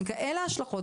עם כאלה השלכות,